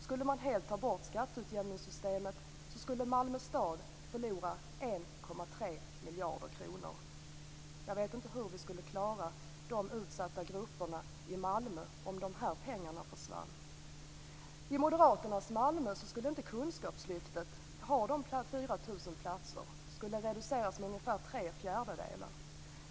Skulle man helt ta bort skatteutjämningssystemet skulle Malmö stad förlora 1,3 miljarder kronor. Jag vet inte hur vi skulle klara de utsatta grupperna i Malmö om de pengarna försvann. I moderaternas Malmö skulle inte kunskapslyftet ha 4 000 platser. De skulle reduceras med ungefär tre fjärdedelar.